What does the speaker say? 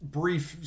brief